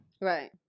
right